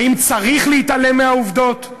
האם צריך להתעלם מהעובדות?